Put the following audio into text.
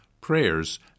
prayers